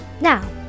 Now